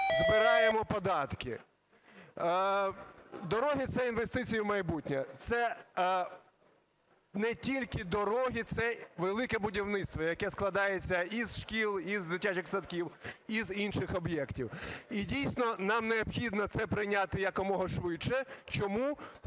збираємо податки. Дороги – це інвестиції в майбутнє. Це не тільки дороги, це "Велике будівництво", яке складається і з шкіл, і з дитячих садків, і з інших об'єктів. І, дійсно, нам необхідно це прийняти якомога швидше. Чому?